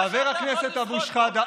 חבר הכנסת אבו שחאדה,